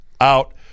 out